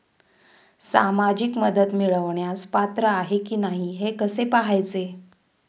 सामाजिक मदत मिळवण्यास पात्र आहे की नाही हे कसे पाहायचे?